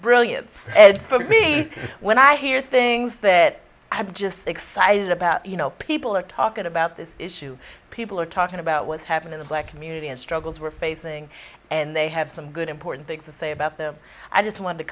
brilliants and for me when i hear things that i've just excited about you know people are talking about this issue people are talking about what's happened in the black community and struggles we're facing and they have some good important things to say about them i just want to